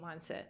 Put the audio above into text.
mindset